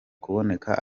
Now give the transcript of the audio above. kuboneka